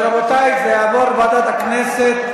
אז, רבותי, זה יעבור לוועדת הכנסת.